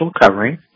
covering